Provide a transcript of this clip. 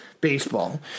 baseball